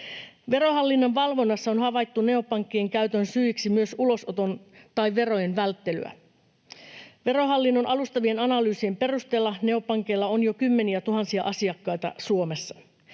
Verohallinnon valvonnassa on havaittu neopankkien käytön syiksi myös ulosoton tai verojen välttelyä. Verohallinnon alustavien analyysien perusteella neopankeilla on jo kymmeniätuhansia asiakkaita Suomessa.